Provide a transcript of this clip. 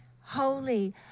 holy